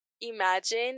Imagine